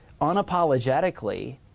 unapologetically